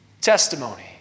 testimony